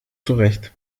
zurecht